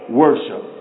worship